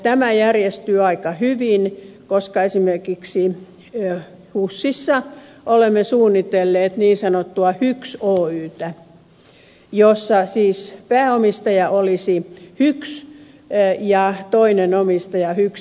tämä järjestyy aika hyvin koska esimerkiksi husissa olemme suunnitelleet niin sanottua hyks oytä jossa siis pääomistaja olisi hyks ja toinen omistaja hyks instituutti